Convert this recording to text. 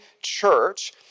church